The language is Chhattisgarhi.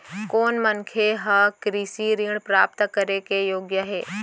कोन मनखे ह कृषि ऋण प्राप्त करे के योग्य हे?